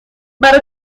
برا